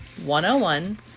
101